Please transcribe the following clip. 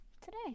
Today